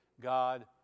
God